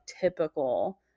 typical